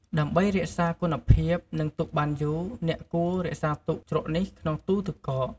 ដើម្បីរក្សាគុណភាព និងទុកបានយូរ អ្នកគួររក្សាទុកជ្រក់នេះក្នុងទូទឹកកក។